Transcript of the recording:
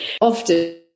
often